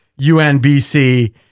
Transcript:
UNBC